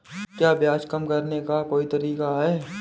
क्या ब्याज कम करने का कोई तरीका है?